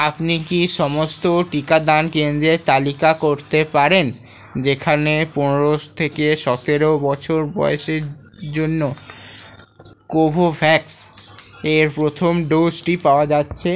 আপনি কি সমস্ত টিকাদান কেন্দ্রের তালিকা করতে পারেন যেখানে পনেরো থেকে সতেরো বছর বয়সের জন্য কোভোভ্যাক্সের প্রথম ডোজটি পাওয়া যাচ্ছে